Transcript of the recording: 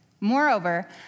Moreover